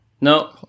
no